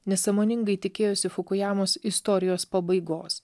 nesąmoningai tikėjosi fukujamos istorijos pabaigos